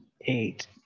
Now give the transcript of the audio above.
eight